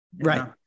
Right